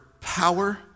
power